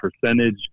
percentage